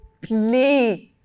play